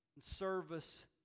service